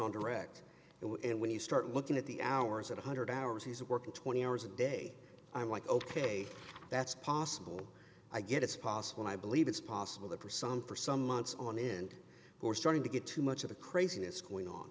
on direct it when you start looking at the hours that one hundred hours he's working twenty hours a day i'm like ok that's possible i get it's possible i believe it's possible that for some for some months on end who are starting to get too much of the craziness going on